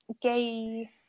gay